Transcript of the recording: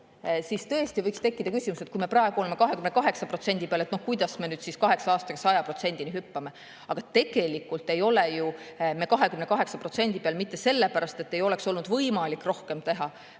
võiks tõesti tekkida küsimus, et kui me praegu oleme 28% peal, siis kuidas me kaheksa aastaga 100%-ni hüppame. Aga tegelikult ei ole me ju 28% peal mitte sellepärast, et ei oleks olnud võimalik rohkem teha,